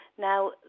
Now